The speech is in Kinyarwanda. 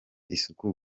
isuku